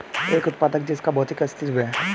एक उत्पाद जिसका भौतिक अस्तित्व है?